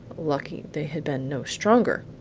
lucky they had been no stronger!